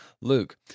Luke